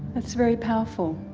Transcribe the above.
that's very powerful.